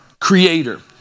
creator